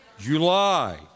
July